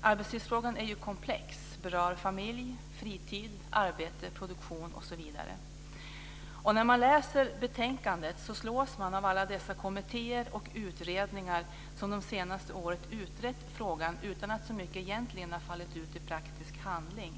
Arbetstidsfrågan är komplex och berör familj, fritid, arbete, produktion osv. När man läser betänkandet slås man av alla dessa kommittéer och utredningar som under de senaste åren har utrett frågan utan att det så mycket egentligen har fallit ut i praktisk handling.